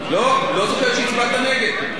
מזה לא תביא ומזה לא תביא.